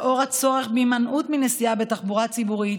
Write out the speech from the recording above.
לאור הצורך בהימנעות מנסיעה בתחבורה ציבורית